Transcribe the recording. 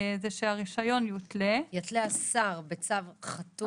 זה שהרישיון יותלה -- יתלה השר בצו חתום.